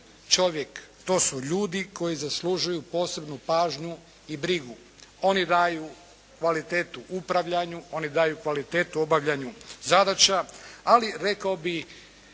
čovjek, to su ljudi koji zaslužuju posebnu pažnju i brigu. Oni daju kvalitetu upravljanju, oni daju kvalitetu obavljanju zadaća, ali rekao bih